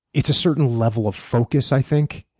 it's a certain level of focus, i think,